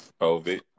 COVID